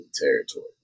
territory